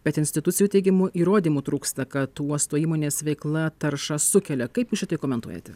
bet institucijų teigimu įrodymų trūksta kad uosto įmonės veikla taršą sukelia kaip jūs šitai komentuojate